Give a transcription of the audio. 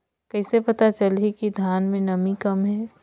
कइसे पता चलही कि धान मे नमी कम हे?